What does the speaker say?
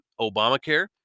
Obamacare